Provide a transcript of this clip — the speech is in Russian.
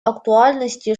актуальности